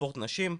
ספורט נשים,